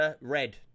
red